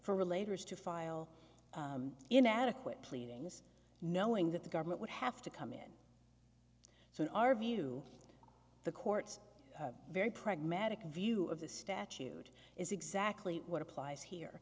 for relator is to file inadequate pleadings knowing that the government would have to come in so in our view the court's very pragmatic view of the statute is exactly what applies here